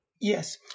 Yes